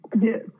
yes